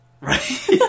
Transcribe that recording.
Right